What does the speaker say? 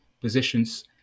positions